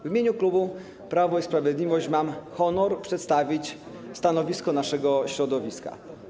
W imieniu klubu Prawo i Sprawiedliwość mam honor przedstawić stanowisko naszego środowiska.